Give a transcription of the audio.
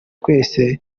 twese